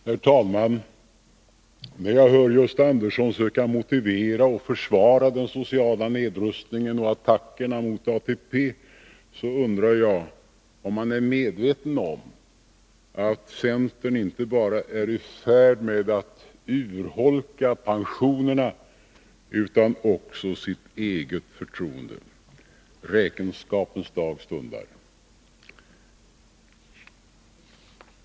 Herr talman! När jag hör Gösta Andersson söka motivera och försvara den sociala nedrustningen och attackerna mot ATP, undrar jag om han är medveten om att centern inte bara är i färd med att urholka pensionerna utan också sitt eget förtroende — räkenskapens dag stundar.